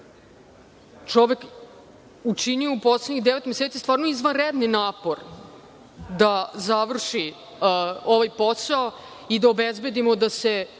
čovek učinio u poslednjih devet meseci stvarno izvanredan napor da završi ovaj posao i da obezbedimo da se